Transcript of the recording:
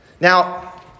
Now